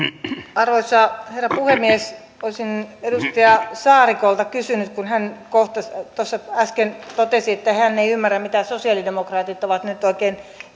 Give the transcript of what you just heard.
arvoisa herra puhemies olisin edustaja saarikolta kysynyt kun hän tuossa äsken totesi että hän ei ymmärrä mitä sosialidemokraatit ovat nyt oikein